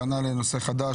טענה לנושא חדשה,